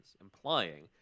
implying